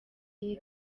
y’i